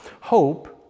hope